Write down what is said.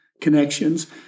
connections